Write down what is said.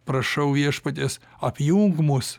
prašau viešpaties apjunk mus